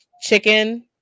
chicken